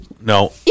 No